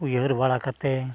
ᱩᱭᱦᱟᱹᱨ ᱵᱟᱲᱟ ᱠᱟᱛᱮᱫ